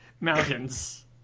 Mountains